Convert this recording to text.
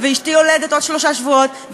אשתי יולדת עוד שלושה שבועות,